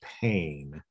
pain